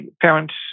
parents